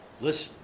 Listen